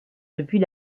depuis